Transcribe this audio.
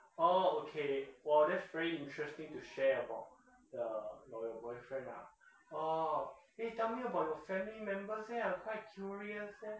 oh okay !wah! that's very interesting thing to share about the your boyfriend ah oh eh tell me about your family members eh I quite curious eh